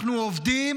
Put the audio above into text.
אנחנו עובדים